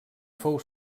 fou